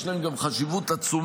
יש כאן גם חשיבות עצומה,